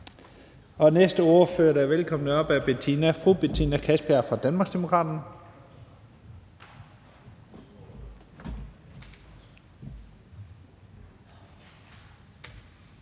Den næste ordfører, der er velkommen heroppe, er fru Betina Kastbjerg fra Danmarksdemokraterne.